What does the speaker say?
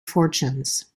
fortunes